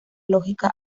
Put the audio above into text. lógica